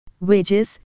wages